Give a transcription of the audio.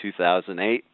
2008